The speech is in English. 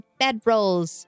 bedrolls